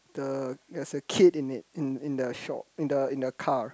the that's a kid in it in in the sho~ in the in the car